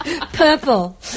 Purple